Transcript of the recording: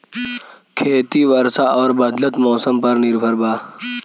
खेती वर्षा और बदलत मौसम पर निर्भर बा